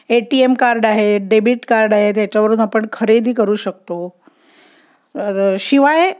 ए T M card आहे debit card आहे त्याच्यावरून आपण खरेदी करू शकतो शिवाय